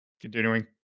continuing